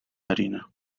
harina